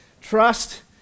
Trust